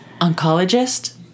Oncologist